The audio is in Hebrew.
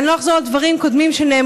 ואני לא אחזור על דברים קודמים שנאמרו,